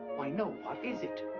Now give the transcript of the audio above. why no, what is it?